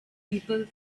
people